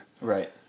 Right